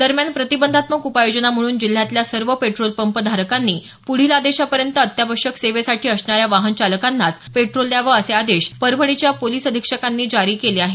दरम्यान प्रतिबंधात्मक उपाययोजना म्हणून जिल्ह्यातल्या सर्व पेट्रोल पंप धारकांनी पुढील आदेशापर्यंत अत्यावश्यक सेवेसाठी असणाऱ्या वाहनचालकांनाच पेट्रोल द्यावेत असे आदेश परभणीच्या पोलीस अधिक्षकांनी जारी केले आहेत